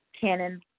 Cannon